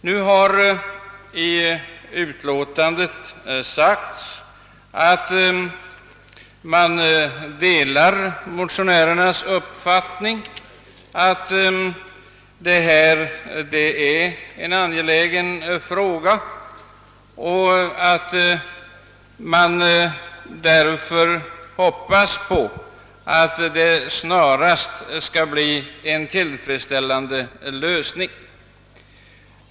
Nu har det i utlåtandet sagts, att man delar motionärernas uppfattning att detta är en angelägen fråga och att man därför hoppas att den snarast skall få en tillfredsställande lösning.